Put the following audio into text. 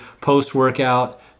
post-workout